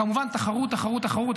וכמובן, תחרות, תחרות, תחרות.